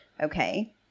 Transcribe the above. okay